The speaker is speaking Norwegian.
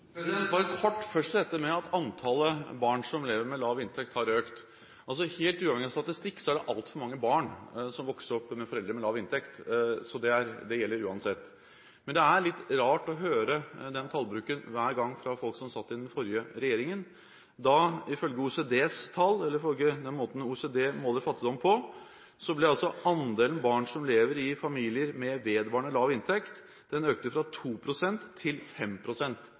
kort til dette med at antallet barn som lever med lav inntekt, har økt. Helt uavhengig av statistikk er det altfor mange barn som vokser opp med foreldre med lav inntekt, det gjelder uansett. Men det er hver gang litt rart å høre den tallbruken fra folk som satt i den forrige regjeringen. Ifølge den måten OECD måler fattigdom på, økte andelen barn som lever i familier med vedvarende lav inntekt, fra 2 pst. til